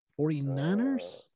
49ers